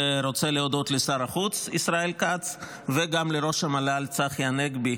ורוצה להודות לשר החוץ ישראל כץ וגם לראש המל"ל צחי הנגבי,